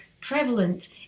prevalent